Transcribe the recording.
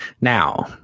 Now